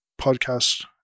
podcast